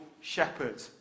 shepherd